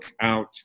out